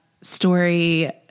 story